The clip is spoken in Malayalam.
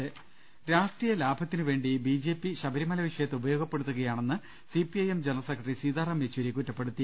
കലകലകലകലകലകലക രാഷ്ട്രീയ ലാഭത്തിനുവേണ്ടി ബി ജെ പി ശബരിമല വിഷയത്തെ ഉപയോഗപ്പെടുത്തുകയാണെന്ന് C P I M general secretary Sitaram Yechury കുറ്റപ്പെടുത്തി